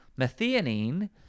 methionine